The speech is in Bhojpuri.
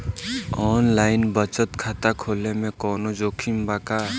आनलाइन बचत खाता खोले में कवनो जोखिम बा का?